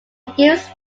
gives